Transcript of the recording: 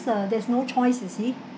uh there's no choice you see